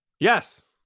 Yes